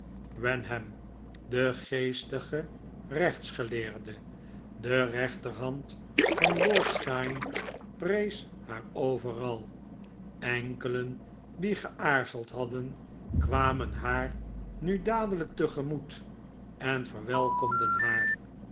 wenham de geestige rechtsgeleerde de rechterhand van lord steyne prees haar overal enkelen die geaarzeld hadden kwamen haar nu dadelijk tegemoet en verwelkomden haar